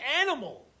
animal